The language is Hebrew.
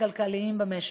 וכלכליים במשק.